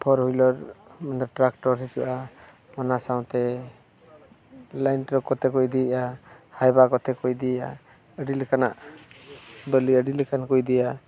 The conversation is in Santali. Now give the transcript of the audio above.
ᱯᱷᱳᱨ ᱦᱩᱭᱞᱟᱨ ᱴᱨᱟᱠᱴᱚᱨ ᱦᱤᱡᱩᱜᱼᱟ ᱚᱱᱟ ᱥᱟᱶᱛᱮ ᱠᱚᱛᱮ ᱠᱚ ᱤᱫᱤᱭᱮᱜᱼᱟ ᱦᱟᱭᱵᱟ ᱠᱚᱛᱮ ᱠᱚ ᱤᱫᱤᱭᱮᱜᱼᱟ ᱟᱹᱰᱤ ᱞᱮᱠᱟᱱᱟᱜ ᱵᱟᱹᱞᱤ ᱟᱹᱰᱤ ᱞᱮᱠᱟᱱ ᱠᱚ ᱤᱫᱤᱭᱟ